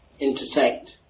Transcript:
intersect